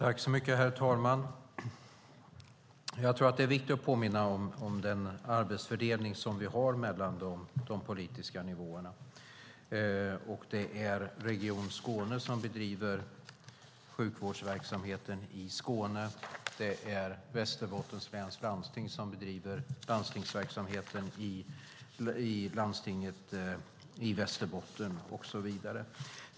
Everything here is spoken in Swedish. Herr talman! Det är viktigt att påminna om den arbetsfördelning vi har mellan de politiska nivåerna. Det är Region Skåne som bedriver sjukvårdsverksamheten i Skåne. Det är Västerbottens läns landsting som bedriver landstingsverksamheten i landstinget i Västerbotten och så vidare.